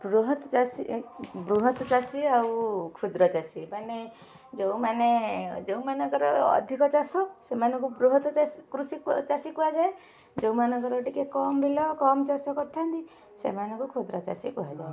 ବୃହତ ଚାଷୀ ବୃହତ ଚାଷୀ ଆଉ କ୍ଷୁଦ୍ର ଚାଷୀ ମାନେ ଯେଉଁମାନେ ଯେଉଁମାନଙ୍କର ଅଧିକ ଚାଷ ସେମାନଙ୍କୁ ବୃହତ ଚାଷୀ କୃଷି ଚାଷୀ କୁହାଯାଏ ଯେଉଁମାନଙ୍କର ଟିକେ କମ୍ ବିଲ କମ୍ ଚାଷ କରିଥାନ୍ତି ସେମାନଙ୍କୁ କ୍ଷୁଦ୍ର ଚାଷୀ କୁହାଯାଏ